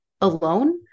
alone